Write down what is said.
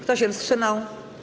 Kto się wstrzymał?